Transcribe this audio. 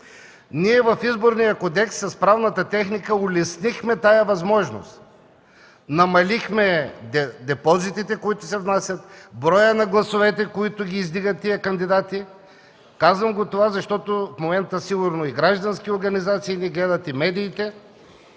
В Изборния кодекс с правната техника улеснихме тази възможност – намалихме депозитите, които се внасят, броя на гласовете, които издигат тези кандидати. Казвам това, защото в момента сигурно и граждански организации ни гледат, и медиите